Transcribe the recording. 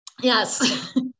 Yes